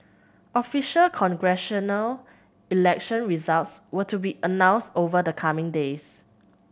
official congressional election results were to be announced over the coming days